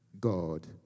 God